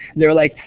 they were like,